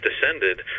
descended